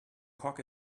cock